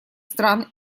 стран